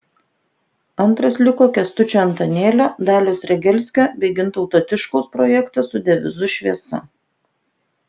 antras liko kęstučio antanėlio daliaus regelskio bei gintauto tiškaus projektas su devizu šviesa